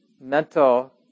mental